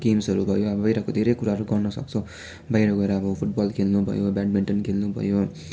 गेम्सहरू भयो अब बाहिरको धेरै कुराहरू गर्नसक्छौँ बाहिर गएर अब फुटबल खेल्नु भयो बेडमिन्टन खेल्नु भयो